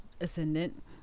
ascendant